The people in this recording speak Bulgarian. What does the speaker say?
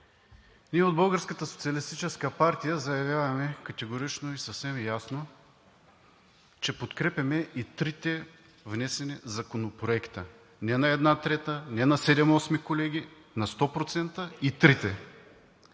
Ние от Българската социалистическа партия заявяваме категорично и съвсем ясно, че подкрепяме и трите внесени законопроекта. Не на 1/3, не на 7/8, колеги, на 100% и трите.